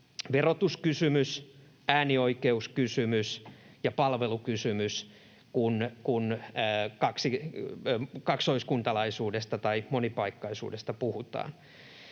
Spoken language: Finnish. verotuskysymys, äänioikeuskysymys ja palvelukysymys, kun kaksoiskuntalaisuudesta tai monipaikkaisuudesta puhutaan.